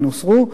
הן הוסרו,